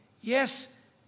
yes